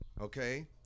okay